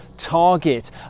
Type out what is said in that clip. target